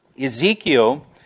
Ezekiel